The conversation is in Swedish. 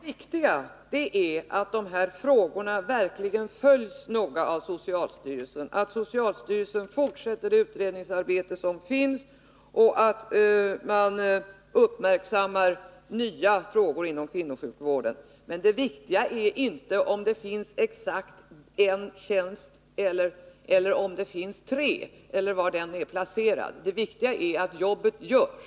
Herr talman! Det viktiga är att de här frågorna verkligen följs noga av socialstyrelsen, att socialstyrelsen fortsätter det utredningsarbete som pågår och uppmärksammar nya frågor inom kvinnosjukvården. Men det viktiga är inte om det finns exakt en tjänst eller tre, eller var tjänsterna är placerade, utan att jobbet görs.